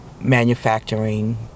manufacturing